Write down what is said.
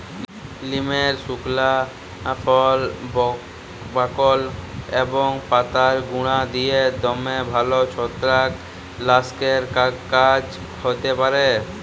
লিমের সুকলা ফল, বাকল এবং পাতার গুঁড়া দিঁয়ে দমে ভাল ছত্রাক লাসকের কাজ হ্যতে পারে